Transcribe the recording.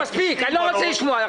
כשאני מסתכל על 200 בנות,